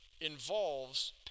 involves